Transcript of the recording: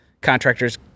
contractors